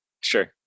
Sure